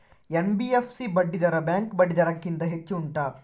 NBFC ಬಡ್ಡಿ ದರ bank ಬಡ್ಡಿ ದರ ಗಿಂತ ಹೆಚ್ಚು ಉಂಟಾ